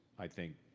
i think,